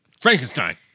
Frankenstein